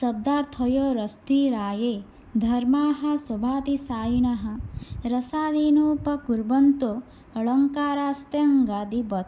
शब्दार्थयोरस्ति राये धर्माः स्ववाति साइनः रसावेनोपकुर्वन्तु अलङ्कारास्तेङ्गादिवत्